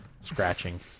scratching